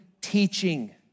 teaching